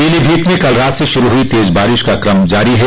पीलीभीत में कलरात से शुरू हुई तेज बारिश का क्रम जारी है